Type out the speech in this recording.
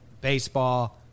BASEBALL